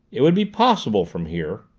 it would be possible from here.